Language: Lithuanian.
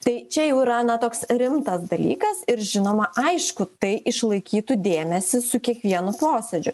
tai čia jau yra na toks rimtas dalykas ir žinoma aišku tai išlaikytų dėmesį su kiekvienu posėdžiu